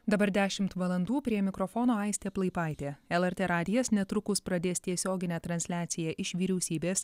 dabar dešimt valandų prie mikrofono aistė plaipaitė lrt radijas netrukus pradės tiesioginę transliaciją iš vyriausybės